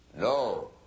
No